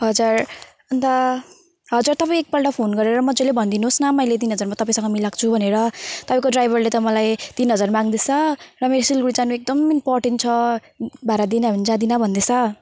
हजुर अन्त हजुर तपाईँ एक पल्ट फोन गरेर मजाले भनिदिनु होस् न मैले तिन हजारमा तपाईँसँग मिलाएको छु भनेर तपाईँको ड्राइभरले त मलाई तिन हजार माग्दैछ र मेरो सिलगडी जानु एकदम इम्पोर्टेन्ट भाडा दिन भने जाँदिन भन्दैछ